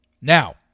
Now